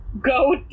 go